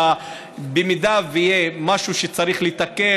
במידה שיהיה משהו שצריך לתקן,